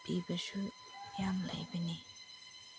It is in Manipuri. ꯄꯤꯕꯁꯨ ꯌꯥꯝ ꯂꯩꯕꯅꯦ